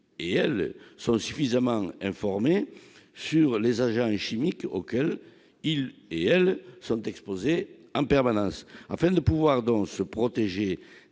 s'ils sont suffisamment informés des agents chimiques auxquels ils sont exposés en permanence. Afin de pouvoir se protéger